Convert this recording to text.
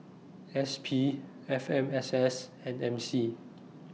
S P F M S S and M C